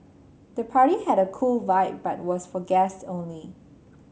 the party had a cool vibe but was for guests only